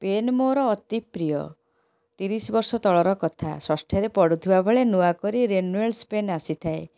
pain ମୋର ଅତିପ୍ରିୟ ତିରିଶ ବର୍ଷ ତଳର କଥା ଷଷ୍ଠରେ ପଢ଼ୁଥିବାବେଳେ ନୂଆକରି ରେନୁଏଳସ ପେନ୍ ଆସିଥାଏ